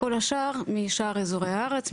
כל השאר משאר אזורי הארץ,